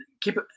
Keep